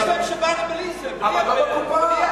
יש להם שב"ן בלי זה, בלי, אבל לא בקופה.